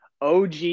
OG